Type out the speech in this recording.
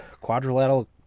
Quadrilateral